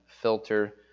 filter